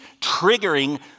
triggering